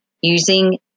using